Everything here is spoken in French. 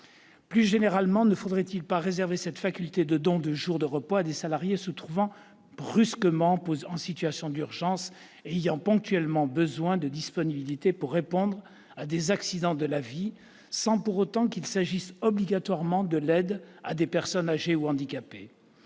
Plus généralement, ne faudrait-il pas réserver cette faculté de bénéficier d'un don de jours de repos à des salariés se trouvant brusquement en situation d'urgence et ayant ponctuellement besoin de se rendre disponibles pour faire face à un accident de la vie, sans qu'il s'agisse obligatoirement d'aider des personnes âgées ou handicapées ?